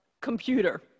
computer